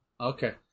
Okay